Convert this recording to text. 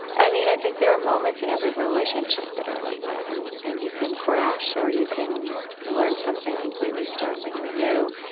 i mean, i think there are moments in every relationship that are like that and and you can crash or you can learn something completely, startling new.